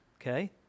okay